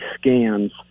scans